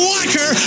Walker